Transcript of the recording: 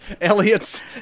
Elliot's